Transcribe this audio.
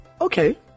Okay